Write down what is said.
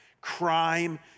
Crime